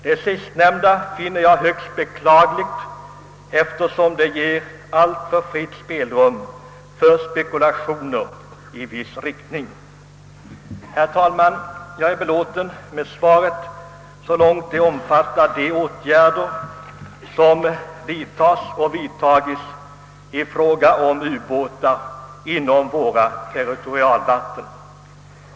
Det sistnämnda finner jag högst beklagligt, eftersom det ger alltför fritt spelrum åt spekulationer i viss riktning. Herr talman! Jag är belåten med svaret så långt det omfattar de åtgärder som vidtas och vidtagits i fråga om ubåtar inom våra territorialvatten.